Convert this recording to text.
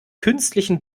künstlichen